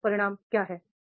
और परिणाम क्या है